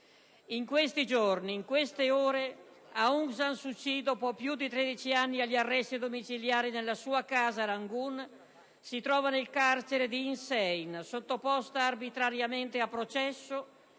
In questi giorni e in queste ore, Aung San Suu Kyi, dopo più di 13 anni agli arresti domiciliari nella sua casa a Rangoon, si trova nel carcere di Insein, sottoposta arbitrariamente a processo